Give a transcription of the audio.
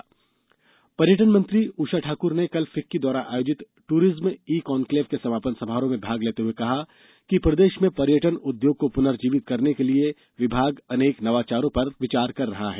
tourism e conclave पर्यटन मंत्री उषा ठाक्र ने कल फिक्की द्वारा आयोजित ट्ररिज्म ई कॉन्क्लेव के समापन समारोह में भाग लेते हुए कहा कि प्रदेश में पर्यटन उद्योग को पुनर्जीवित करने के लिये विभाग अनेक नवाचारों पर विचार कर रहा है